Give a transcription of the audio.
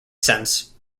sense